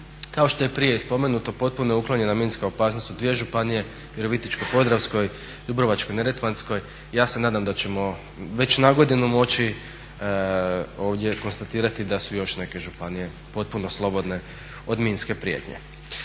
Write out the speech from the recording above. Kao što je i prije spomenuto potpuno je uklonjena minska opasnost u dvije županije Virovitičko-podravskoj, Dubrovačko-neretvanskoj i ja se nadam da ćemo već nagodinu moći ovdje konstatirati da su još neke županije potpuno slobodne od minske prijetnje.